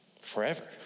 Forever